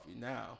now